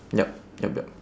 yup yup yup